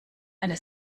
eine